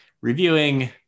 reviewing